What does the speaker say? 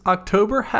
October